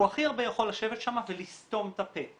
הוא הכי הרבה יכול לשבת שם ולסתום את הפה.